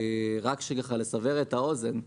רק בשביל לסבר את האוזן,